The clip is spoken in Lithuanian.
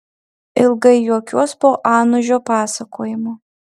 ilgai juokiuos po anužio pasakojimo